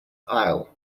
aisle